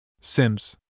Sims